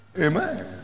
Amen